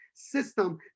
System